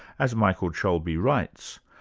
as michael cholbi writes,